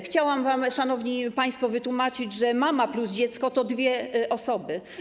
Chciałam wam, szanowni państwo, wytłumaczyć, że mama plus dziecko to dwie osoby.